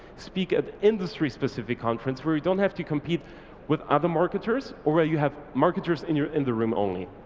speak at industry specific conferences, where you don't have to compete with other marketers or where you have marketers in your in the room only.